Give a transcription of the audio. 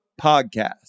podcast